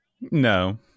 No